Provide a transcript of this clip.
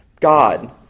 God